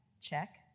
check